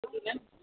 okay ma'am